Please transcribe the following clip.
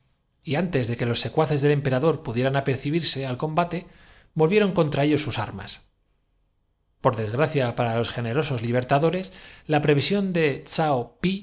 y antes de que los de la academia cuando una melancólica canción de rit secuaces del emperador pudieran apercibirse al com mo particular hizo volver la cabeza á los circunstantes bate volvieron contra ellos sus armas por desgracia que atónitos vieron aparecer á la emperatriz por entre para los generosos libertadores la previsión de